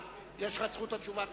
יש לך זכות התשובה.